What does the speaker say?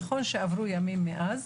נכון שעברו ימים מאז,